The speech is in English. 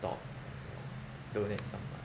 stop donate some money